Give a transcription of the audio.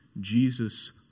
Jesus